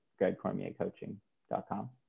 gregcormiercoaching.com